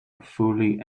fully